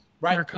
Right